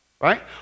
right